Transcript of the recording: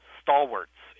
stalwarts